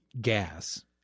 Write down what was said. gas